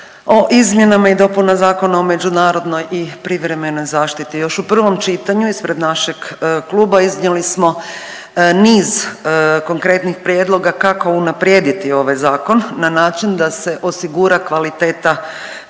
o izmjenama i dopunama Zakona o međunarodnoj i privremenoj zaštiti. Još u prvom čitanju ispred našeg kluba iznijeli smo niz konkretnih prijedloga kako unaprijediti ovaj zakon na način da se osigura kvaliteta